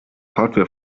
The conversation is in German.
hardware